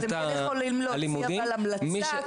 אבל אתם כן יכולים להוציא המלצה,